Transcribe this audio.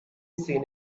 seen